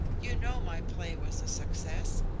you know my play was a success,